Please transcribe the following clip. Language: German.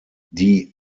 die